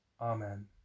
Amen